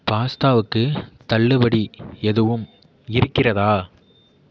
பாஸ்தாவுக்கு தள்ளுபடி எதுவும் இருக்கிறதா